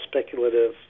speculative